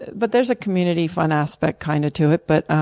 but there's a community fun aspect kind of to it. but